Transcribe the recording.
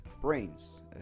brains